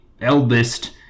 eldest